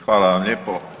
Hvala vam lijepo.